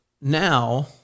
now